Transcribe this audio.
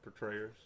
portrayers